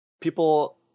people